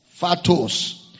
fatos